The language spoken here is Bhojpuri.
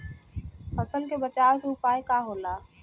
फसल के बचाव के उपाय का होला?